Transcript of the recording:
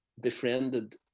befriended